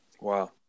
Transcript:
Wow